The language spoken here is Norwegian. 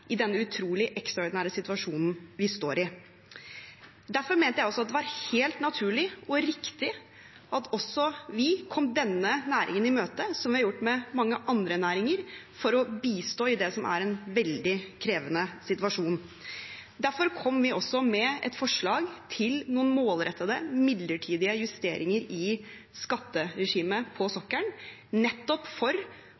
i denne utrolig ekstraordinære situasjonen vi står i. Derfor mente jeg også det var helt naturlig og riktig at vi kom denne næringen i møte, som vi har gjort med mange andre næringer, for å bistå i en veldig krevende situasjon. Derfor kom vi med et forslag til målrettede, midlertidige justeringer i skatteregimet på